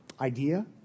Idea